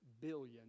billion